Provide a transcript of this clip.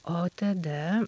o tada